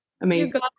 Amazing